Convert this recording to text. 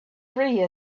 free